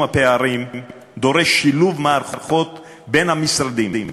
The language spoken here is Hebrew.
הפערים דורש שילוב מערכות בין המשרדים,